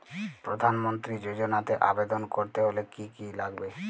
প্রধান মন্ত্রী যোজনাতে আবেদন করতে হলে কি কী লাগবে?